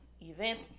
Event